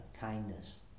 kindness